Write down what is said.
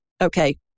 Okay